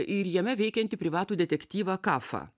ir jame veikiantį privatų detektyvą kafą